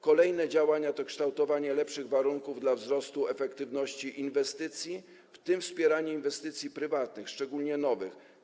Kolejne działania to kształtowanie lepszych warunków dla wzrostu efektywności inwestycji, w tym wspieranie inwestycji prywatnych, szczególnie nowych.